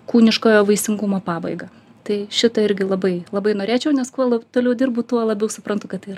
kūniškojo vaisingumo pabaigą tai šitą irgi labai labai norėčiau nes kuo l toliau dirbu tuo labiau suprantu kad tai yra